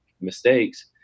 mistakes